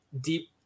deep